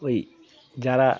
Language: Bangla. ওই যারা